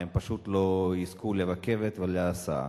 פשוט לא יזכו לרכבת ולהסעה.